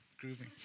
grooving